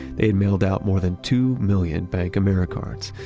they had mailed out more than two million bankamericards.